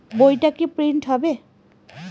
বইটা কি প্রিন্ট হবে?